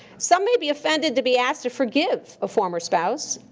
some may be offended to be asked to forgive a former spouse.